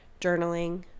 journaling